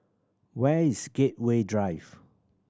where is Gateway Drive